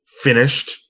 finished